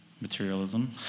materialism